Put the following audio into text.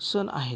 सण आहेत